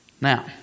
Now